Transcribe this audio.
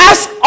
Ask